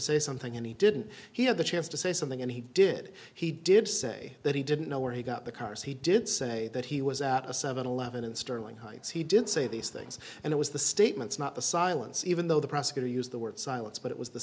say something and he didn't he had the chance to say something and he did he did say that he didn't know where he got the cars he did say that he was at a seven eleven in sterling heights he did say these things and it was the statements not the silence even though the prosecutor used the word silence but it was the